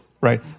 right